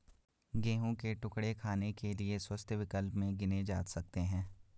गेहूं के टुकड़े खाने के लिए स्वस्थ विकल्प में गिने जा सकते हैं